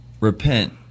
repent